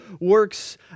works